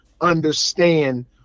understand